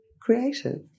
creative